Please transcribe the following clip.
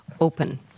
open